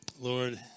Lord